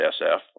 SF